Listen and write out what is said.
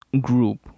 group